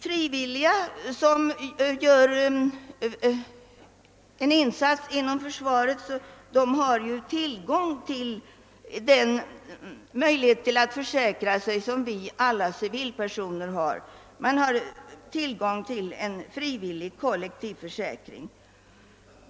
Frivilliga som gör en insats inom försvaret har ju tillgång till samma möjlighet att försäkra sig som alla civilpersoner. Man har tillgång till en frivillig kollektivförsäkring.